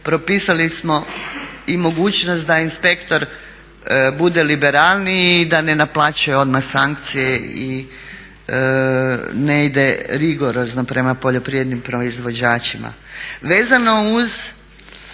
propisali smo i mogućnost da inspektor bude liberalniji i da ne naplaćuje odmah sankcije i ne ide rigorozno prema poljoprivrednim proizvođačima.